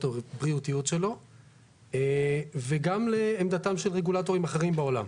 הבריאותיות שלו וגם לעמדתם של רגולטורים אחרים בעולם.